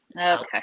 Okay